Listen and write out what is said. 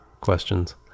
questions